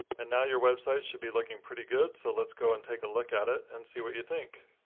and now your website should be looking pretty good, so let's go and take a look at it and see what you think.